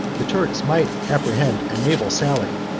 the turks might apprehend a naval sally,